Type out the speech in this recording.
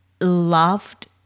loved